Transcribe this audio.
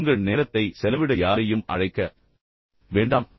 பின்னர் உங்கள் நேரத்தை செலவிட யாரையும் அழைக்க வேண்டாம்